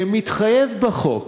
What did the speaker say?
כמתחייב בחוק,